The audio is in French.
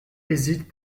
hésitent